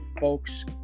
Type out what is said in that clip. folks